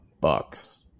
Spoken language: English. bucks